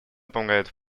помогают